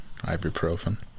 Ibuprofen